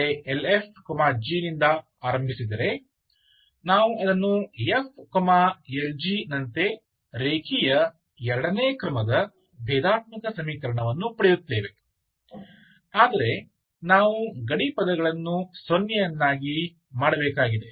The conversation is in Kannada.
S ⟨Lf g⟩ನಿಂದ ಆರಂಭಿಸಿದರೆ ನಾವು ಅದನ್ನು ⟨f Lg⟩ ನಂತೆ ರೇಖೀಯ ಎರಡನೇ ಕ್ರಮದ ಭೇದಾತ್ಮಕ ಸಮೀಕರಣವನ್ನು ಪಡೆಯುತ್ತೇವೆ ಆದರೆ ನಾವು ಗಡಿ ಪದಗಳನ್ನು ಸೊನ್ನೆಯನ್ನಾಗಿ ಮಾಡಬೇಕಾಗಿದೆ